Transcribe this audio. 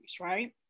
right